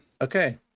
Okay